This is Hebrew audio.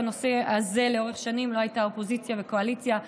בנושא הזה לאורך שנים לא היו אופוזיציה וקואליציה.